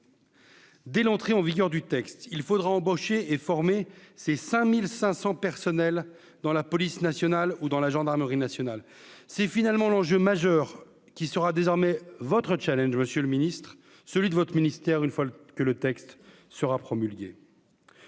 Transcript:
Dès l'entrée en vigueur du texte, il faudra embaucher et former ces 5500 personnels dans la police nationale ou dans la gendarmerie nationale, c'est finalement l'enjeu majeur qui sera désormais votre Challenge Monsieur le Ministre, celui de votre ministère, une fois que le texte sera promulgué.